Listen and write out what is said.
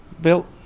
built